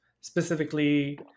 specifically